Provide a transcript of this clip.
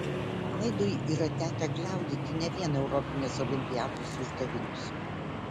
aidui yra tekę gliaudyti ne vien europinės olimpiados uždavinius